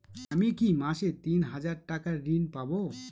আমি কি মাসে তিন হাজার টাকার ঋণ পাবো?